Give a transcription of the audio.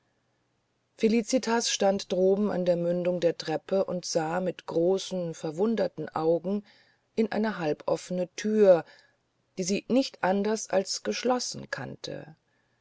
felicitas stand droben an der mündung der treppe und sah mit großen verwunderten augen in eine halboffene thür die sie nicht anders als verschlossen kannte